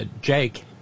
Jake